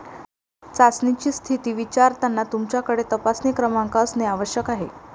चाचणीची स्थिती विचारताना तुमच्याकडे तपासणी क्रमांक असणे आवश्यक आहे